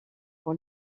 pour